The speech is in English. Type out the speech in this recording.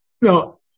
No